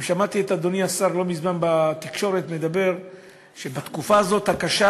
שמעתי את אדוני השר לא מזמן בתקשורת אומר שבתקופה הקשה